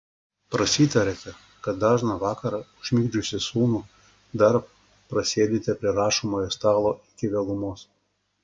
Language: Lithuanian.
prasitarėte kad dažną vakarą užmigdžiusi sūnų dar prasėdite prie rašomojo stalo iki vėlumos